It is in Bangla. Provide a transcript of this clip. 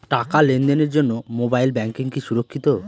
টাকা লেনদেনের জন্য মোবাইল ব্যাঙ্কিং কি সুরক্ষিত?